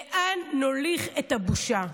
לאן נוליך את הבושה?